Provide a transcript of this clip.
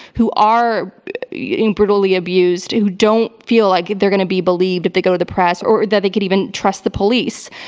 who are you know brutally abused, who don't feel like they're going to be believed if they go to the press, or that they could even trust the police.